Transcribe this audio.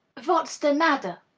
vat's de madder?